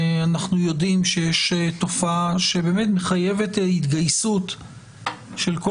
אנחנו יודעים שיש תופעה שבאמת מחייבת התגייסות של כל